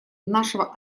нашего